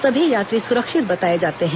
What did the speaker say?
सभी यात्री सुरक्षित बताए जाते हैं